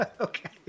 Okay